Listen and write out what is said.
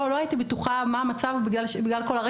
לא הייתי בטוחה מה המצב שלו,